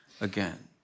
again